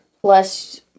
Plus